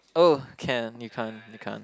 oh can you can't you can't